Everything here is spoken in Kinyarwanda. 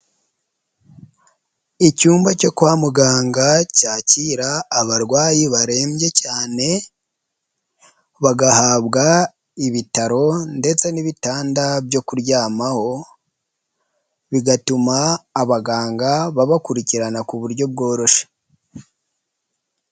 Icyumba cyo kwa muganga cyakira abarwayi barembye cyane, bagahabwa ibitaro ndetse n'ibitanda byo kuryamaho, bigatuma abaganga babakurikirana ku buryo bworoshye.